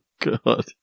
God